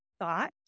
thought